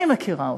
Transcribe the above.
אני מכירה אותם,